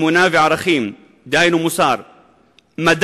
אמונה וערכים, דהיינו מוסר, הוא הדוק.